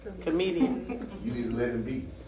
Comedian